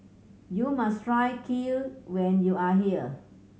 you must try Kheer when you are here